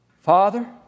Father